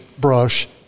brush